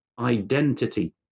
identity